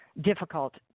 difficult